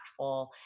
impactful